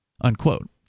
Unquote